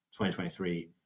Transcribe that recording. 2023